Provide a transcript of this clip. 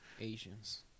Asians